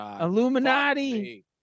Illuminati